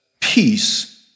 peace